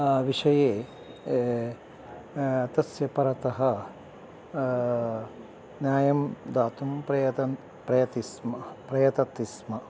विषये तस्य परतः न्यायं दातुं प्रयतन् प्रयतिस्म प्रयतति स्म